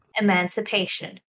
Emancipation